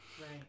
right